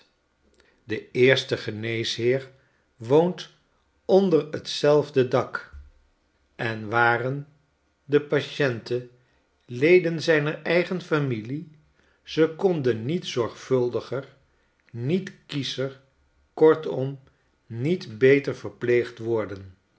de eerste geneesheer woont onder t zelfde dak en waren de patienten leden zijner eigen familie ze konden niet zorgvuldiger niet kiescher kortom niet beter verpleegd worden